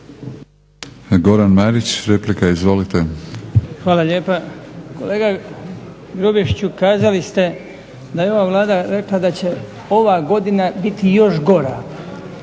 **Marić, Goran (HDZ)** Hvala lijepa. Kolega Grubišiću kazali ste da je ova Vlada rekla da će ova godina biti još gora.